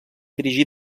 dirigí